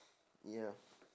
ya